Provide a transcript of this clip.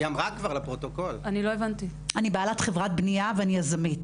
אני בעלת חברת בנייה ואני יזמית